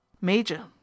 Major